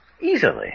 Easily